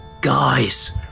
Guys